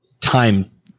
time